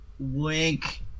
wink